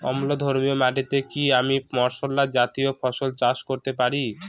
অম্লধর্মী মাটিতে কি আমি মশলা জাতীয় ফসল চাষ করতে পারি?